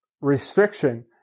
restriction